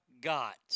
Got